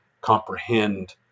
comprehend